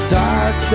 dark